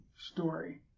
story